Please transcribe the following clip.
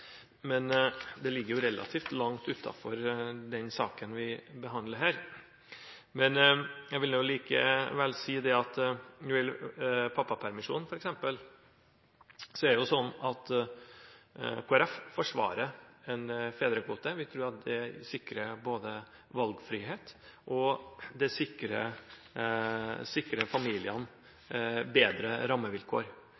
men det ligger jo relativt langt utenfor den saken vi behandler her. Jeg vil allikevel si at når det gjelder f.eks. pappapermisjonen, er det sånn at Kristelig Folkeparti forsvarer en fedrekvote. Vi tror at det sikrer valgfrihet, og det sikrer